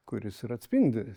kuris ir atspindi